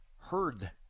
heard